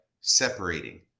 separating